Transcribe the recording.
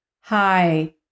Hi